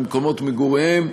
ממקומות מגוריהם.